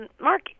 Mark